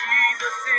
Jesus